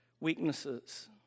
weaknesses